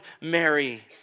Mary